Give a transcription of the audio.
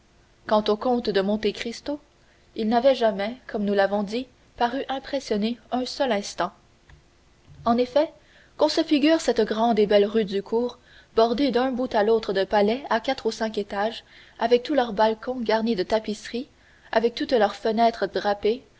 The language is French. quant au comte de monte cristo il n'avait jamais comme nous l'avons dit paru impressionné un seul instant en effet qu'on se figure cette grande et belle rue du cours bordée d'un bout à l'autre de palais à quatre ou cinq étages avec tous leurs balcons garnis de tapisseries avec toutes leurs fenêtres drapées